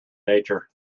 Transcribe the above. nature